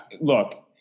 Look